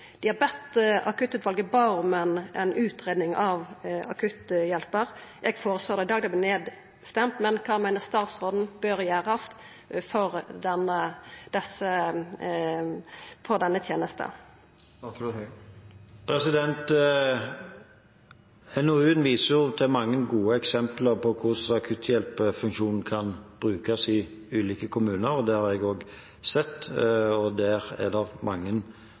Akuttutvalet bad om ei utgreiing av akutthjelparordninga, eg føreslår det, i dag vert det nedstemt. Kva meiner statsråden bør gjerast med omsyn til denne tenesta? NOU-en viser til mange gode eksempler på hvordan akutthjelperfunksjonen kan brukes i ulike kommuner. Det har jeg også sett, og der er det